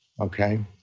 Okay